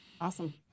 Awesome